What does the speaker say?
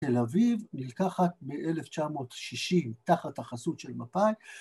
תל אביב, נלקחת ב-1960, תחת החסות של מפאי.